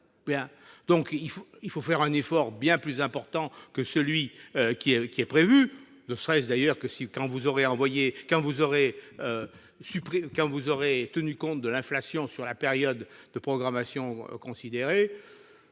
! Il faut faire un effort bien plus important que celui qui est prévu. D'ailleurs, quand vous aurez tenu compte de l'inflation sur la période de programmation considérée,